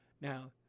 Now